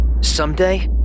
Someday